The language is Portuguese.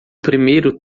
primeiro